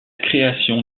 création